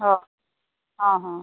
ᱦᱳᱭ ᱦᱮᱸ ᱦᱮᱸ